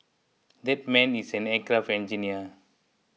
that man is an aircraft engineer